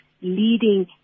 leading